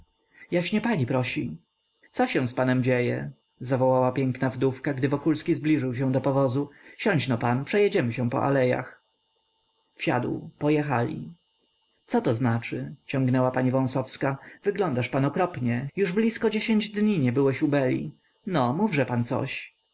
służący jaśnie pani prosi co się z panem dzieje zawołała piękna wdówka gdy wokulski zbliżył się do powozu siądźno pan przejedziemy się po alejach wsiadł pojechali co to znaczy ciągnęła pani wąsowska wyglądasz pan okropnie już blisko dziesięć dni nie byłeś u beli no mówże pan coś